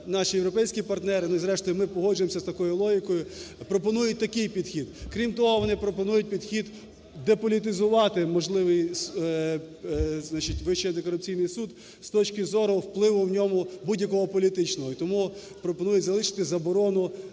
наші європейські партнери, зрештою ми погоджуємося з такою логікою, пропонують такий підхід. Крім того, вони пропонують підхід:деполітизувати можливий, значить, Вищий антикорупційний суд з точки зору впливу в ньому будь-якого політичного. І тому пропоную залишити заборону